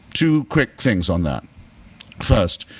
two quick things on that first,